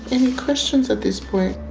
any questions at this point?